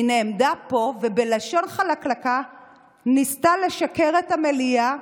היא נעמדה פה ובלשון חלקלקה ניסתה לשקר למליאה.